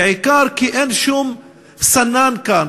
בעיקר כי אין שום סנן כאן,